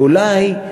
ואולי,